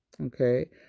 Okay